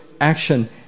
action